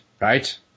Right